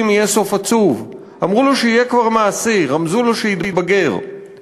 / יהיה סוף עצוב / אמרו לו שיהיה כבר מעשי / רמזו לו שיתבגר /